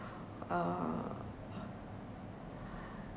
uh